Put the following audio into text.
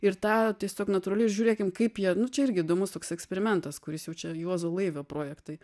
ir tą tiesiog natūraliai žiūrėkim kaip jie nu čia irgi įdomus toks eksperimentas kuris jau čia juozo laivio projektai